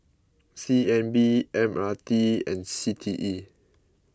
C N B M R T and C T E